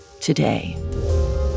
today